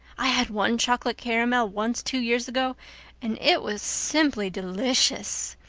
i had one chocolate caramel once two years ago and it was simply delicious.